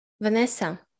Vanessa